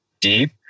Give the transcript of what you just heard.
deep